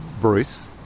Bruce